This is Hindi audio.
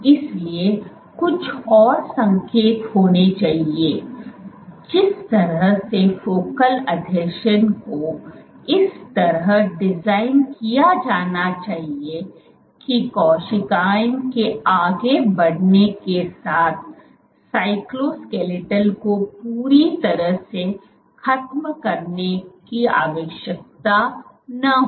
इसलिए कुछ और संकेत होने चाहिए जिस तरह से फोकल आसंजन को इस तरह डिजाइन किया जाना चाहिए कि कोशिकाओं के आगे बढ़ने के साथ साइटोस्केलेटल को पूरी तरह से खत्म करने की आवश्यकता न हो